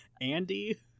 Andy